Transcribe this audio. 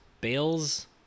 Bales